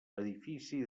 edifici